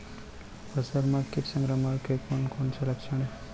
फसल म किट संक्रमण के कोन कोन से लक्षण हे?